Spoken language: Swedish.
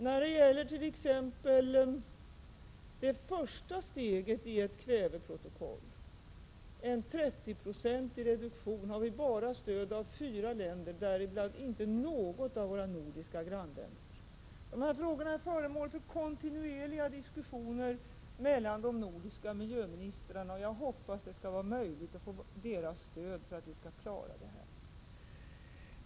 När det gäller t.ex. det första steget i ett kväveprotokoll, en 30-procentig reduktion, har vi bara stöd av fyra länder, däribland inte något av våra nordiska grannländer. Dessa frågor är föremål för kontinuerliga diskussioner mellan de nordiska miljöministrarna, och jag hoppas att det skall bli möjligt att få stöd för att klara ut dessa problem.